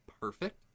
perfect